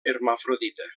hermafrodita